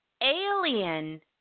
Alien